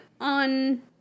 on